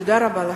תודה רבה לכם.